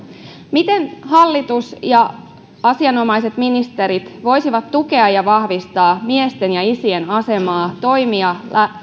miten hallitus ja asianomaiset ministerit voisivat tukea ja vahvistaa miesten ja isien asemaa toimia